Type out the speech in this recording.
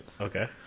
Okay